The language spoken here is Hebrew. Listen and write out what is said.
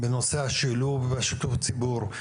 בנושא שילוב ושיתוף הציבור,